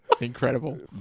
Incredible